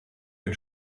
den